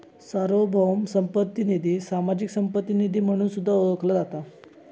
सार्वभौम संपत्ती निधी, सामाजिक संपत्ती निधी म्हणून सुद्धा ओळखला जाता